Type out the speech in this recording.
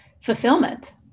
fulfillment